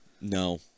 No